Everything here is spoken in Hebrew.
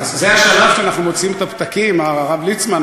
זה השלב שאנחנו מוציאים את הפתקים, הרב ליצמן.